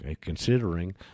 Considering